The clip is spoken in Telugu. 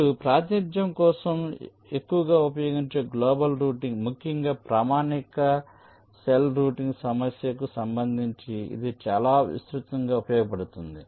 ఇప్పుడు ప్రాతినిధ్యం కోసం ఎక్కువగా ఉపయోగించే గ్లోబల్ రూటింగ్ ముఖ్యంగా ప్రామాణిక సెల్ రౌటింగ్ సమస్యకు సంబంధించి ఇది చాలా విస్తృతంగా ఉపయోగపడుతుంది